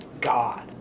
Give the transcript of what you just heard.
God